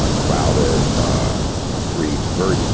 ah crowded streets. very few,